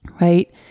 right